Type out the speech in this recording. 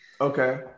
Okay